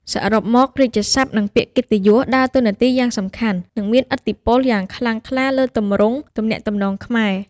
សរុបមក រាជសព្ទ និងពាក្យកិត្តិយស ដើរតួនាទីយ៉ាងសំខាន់ និងមានឥទ្ធិពលយ៉ាងខ្លាំងក្លាលើទម្រង់ទំនាក់ទំនងខ្មែរ។